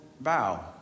bow